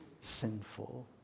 sinful